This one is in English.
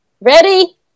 Ready